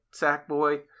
Sackboy